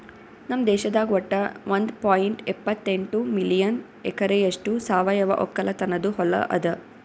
ನಮ್ ದೇಶದಾಗ್ ವಟ್ಟ ಒಂದ್ ಪಾಯಿಂಟ್ ಎಪ್ಪತ್ತೆಂಟು ಮಿಲಿಯನ್ ಎಕರೆಯಷ್ಟು ಸಾವಯವ ಒಕ್ಕಲತನದು ಹೊಲಾ ಅದ